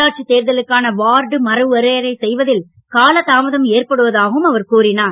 உள்ளாட்சி தேர்தலுக்கான வார்டு மறுவரையரை செய்வதில் காலதாமதம் ஏற்படுவதாகவும் அவர் கூறினார்